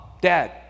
dad